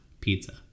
pizza